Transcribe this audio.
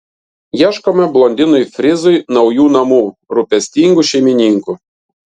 ieškome blondinui frizui naujų namų rūpestingų šeimininkų